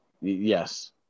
yes